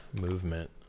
movement